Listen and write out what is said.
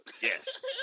Yes